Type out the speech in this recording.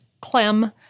Clem